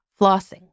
Flossing